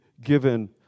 given